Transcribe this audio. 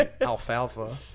Alfalfa